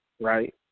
right